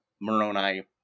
Moroni